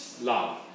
Love